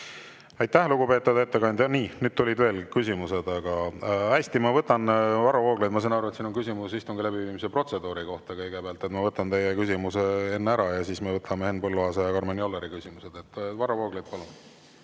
Aitäh, lugupeetud ettekandja! Nii, nüüd tulid veel küsimused, aga … Hästi. Varro Vooglaid, ma saan aru, et siin on küsimus istungi läbiviimise protseduuri kohta kõigepealt. Ma võtan teie küsimuse enne ära ja siis me võtame Henn Põlluaasa ja Karmen Jolleri küsimuse. Varro Vooglaid, palun!